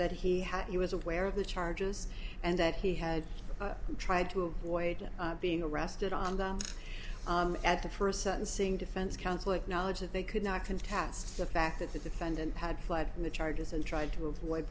that he had he was aware of the charges and that he had tried to avoid being arrested on the at the first sentencing defense counsel acknowledged that they could knock and task the fact that the defendant had lied in the charges and tried to avoid